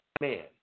man